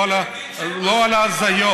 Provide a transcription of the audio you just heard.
לא על ההזיות.